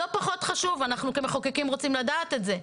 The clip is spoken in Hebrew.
לא פחות חשוב, אנחנו כמחוקקים רוצים לדעת את זה.